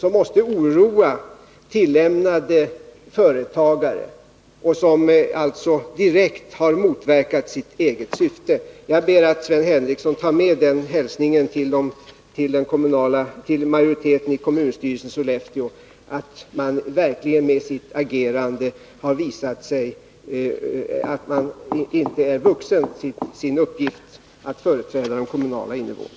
Detta måste givetvis oroa tillämnade företagare, och kommunföreträdarnas ställningstagande har alltså motverkat sitt eget syfte. Jag ber att Sven Henricsson tar med den hälsningen till majoriteten i kommunstyrelsen i Sollefteå, att man med sitt agerande verkligen har visat att man inte är vuxen sin uppgift att företräda kommunens invånare.